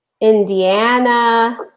Indiana